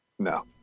No